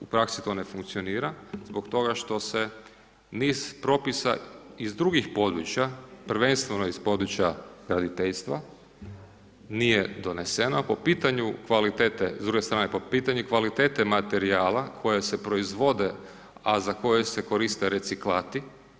U praksi to ne funkcionira zbog toga što se niz Propisa iz drugih područja, prvenstveno iz područja graditeljstva nije doneseno, po pitanju kvalitete s druge strane, po pitanju kvalitete materijala koja se proizvode, a za koje se koriste reciklati.